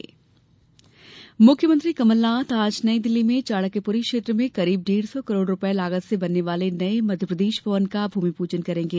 कमलनाथ लोकार्पण मुख्यमंत्री कमल नाथ आज नई दिल्ली में चाणक्यपुरी क्षेत्र में करीब डेढ़ सौ करोड़ रुपये लागत से बनने वाले नए मध्यप्रदेश भवन का भूमि पूजन करेंगे